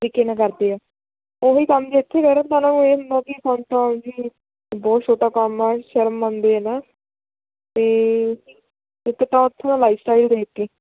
ਤਰੀਕੇ ਨਾਲ ਕਰਦੇ ਹਾਂ ਉਹ ਹੀ ਕੰਮ ਜੇ ਇੱਥੇ ਕਹਿ ਦਿਓ ਤਾਂ ਉਹਨਾਂ ਨੂੰ ਇਹ ਹੁੰਦਾ ਵੀ ਸਾਨੂੰ ਤਾਂ ਜੀ ਬਹੁਤ ਛੋਟਾ ਕੰਮ ਆ ਸ਼ਰਮ ਮੰਨਦੇ ਹਾਂ ਨਾ ਅਤੇ ਇੱਕ ਤਾਂ ਉੱਥੋਂ ਲਾਈਫ ਸਟਾਈਲ ਦੇਖ ਕੇ